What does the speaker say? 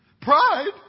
Pride